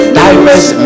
diverse